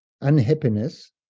unhappiness